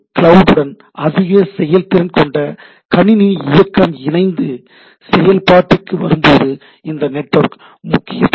cloud உடன் அதிக செயல்திறன் கொண்ட கணினி இயக்கம் இணைந்து செயல்பாட்டுக்கு வரும்போது இந்த நெட்வொர்க் முக்கிய பங்கு வகிக்கிறது